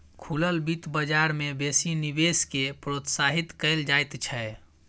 खुलल बित्त बजार मे बेसी निवेश केँ प्रोत्साहित कयल जाइत छै